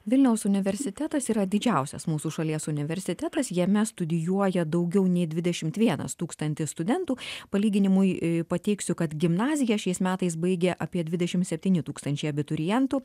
vilniaus universitetas yra didžiausias mūsų šalies universitetas jame studijuoja daugiau nei dvidešimt vienas tūkstantis studentų palyginimui pateiksiu kad gimnaziją šiais metais baigia apie dvidešimt septyni tūkstančiai abiturientų